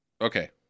Okay